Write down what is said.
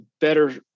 better